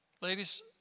Ladies